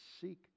seek